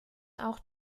auch